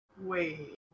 Wait